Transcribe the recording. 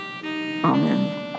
Amen